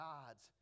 God's